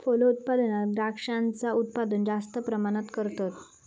फलोत्पादनात द्रांक्षांचा उत्पादन जास्त प्रमाणात करतत